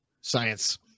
science